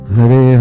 Hare